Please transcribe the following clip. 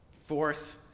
Fourth